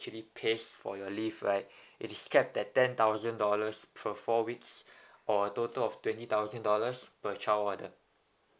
pays for your leave right it is capped that ten thousand dollars for four weeks or a total of twenty thousand dollars per child order